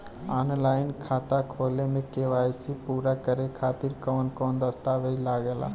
Online खाता खोले में के.वाइ.सी पूरा करे खातिर कवन कवन दस्तावेज लागे ला?